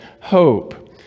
hope